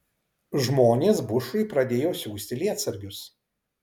žmonės bushui pradėjo siųsti lietsargius